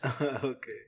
Okay